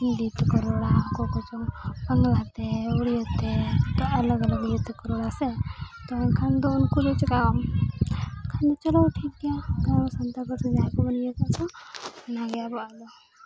ᱦᱤᱱᱫᱤ ᱛᱮᱠᱚ ᱨᱚᱲᱟ ᱚᱠᱚᱭ ᱠᱚᱪᱚᱝ ᱵᱟᱝᱞᱟᱛᱮ ᱳᱲᱤᱭᱟᱹᱛᱮ ᱡᱚᱛᱚ ᱟᱞᱟᱠ ᱟᱞᱟᱠ ᱤᱭᱟᱹᱛᱮᱠᱚ ᱨᱚᱲᱟ ᱥᱮ ᱛᱚ ᱮᱱᱠᱷᱟᱱ ᱫᱚ ᱩᱱᱠᱩ ᱫᱚ ᱪᱮᱫᱟᱜ ᱠᱷᱟᱱ ᱪᱚᱞᱚ ᱴᱷᱤᱠ ᱜᱮᱭᱟ ᱥᱟᱱᱛᱟᱲ ᱯᱟᱹᱨᱥᱤ ᱡᱟᱦᱟᱭ ᱠᱚ ᱤᱭᱟᱹᱣ ᱠᱟᱫ ᱫᱚ ᱚᱱᱟᱜᱮ ᱟᱵᱚᱣᱟᱜ ᱫᱚ